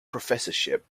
professorship